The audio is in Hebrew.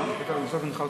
אכפת לך התשובה.